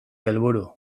helburu